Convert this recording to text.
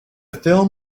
film